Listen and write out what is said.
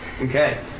Okay